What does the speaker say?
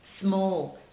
small